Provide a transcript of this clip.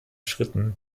schritten